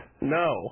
No